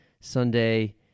Sunday